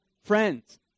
friends